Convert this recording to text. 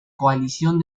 coalición